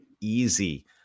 easy